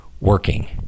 working